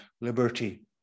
liberty